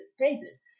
pages